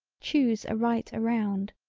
choose a right around,